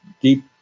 deep